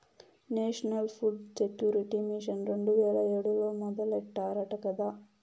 national food security mission రెండు వేల ఏడులో మొదలెట్టారట కదా